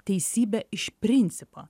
teisybe iš principo